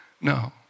No